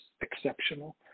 exceptional